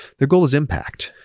their goal is impact.